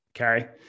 Okay